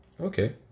Okay